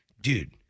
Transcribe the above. Dude